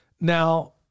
Now